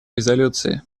резолюции